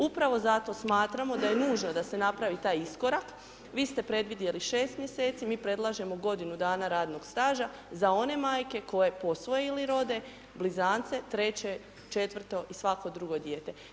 Upravo zato smatramo daj e nužno da se napravi taj iskorak, vi ste predvidjeli 6 mj., mi predlažemo godinu dana radnog staža za one majke koje posvoje ili rode blizance, treće, četvrto i svako drugo dijete.